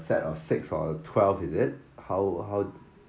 set of six or uh twelve is it how how